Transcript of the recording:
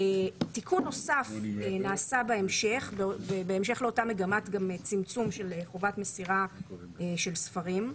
תיקון נוסף נעשה בהמשך לאותה מגמת צמצום של חובת מסירה של ספרים.